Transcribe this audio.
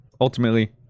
ultimately